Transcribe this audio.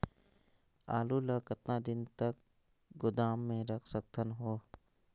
आलू ल कतका दिन तक गोदाम मे रख सकथ हों?